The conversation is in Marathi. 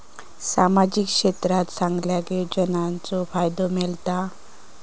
सामाजिक क्षेत्रात सगल्यांका योजनाचो फायदो मेलता?